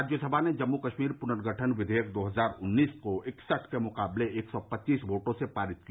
राज्यसभा ने जम्मू कश्मीर पुनर्गठन विवेयक दो हजार उन्नीस को इकसठ के मुकाबले एक सौ पच्चीस वोटों से पारित किया